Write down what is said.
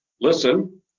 listen